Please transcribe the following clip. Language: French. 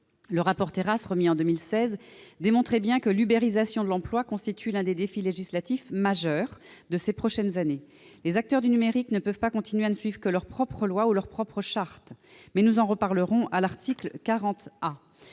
Le rapport Terrasse remis en 2016 démontrait bien que l'ubérisation de l'emploi constitue l'un des défis législatifs majeurs de ces prochaines années. Les acteurs du numérique ne peuvent pas continuer à ne suivre que leurs propres lois ou leurs propres chartes ... Mais nous en reparlerons à l'article 40